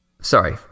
Sorry